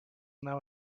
now